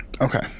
Okay